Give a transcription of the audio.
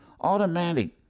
automatic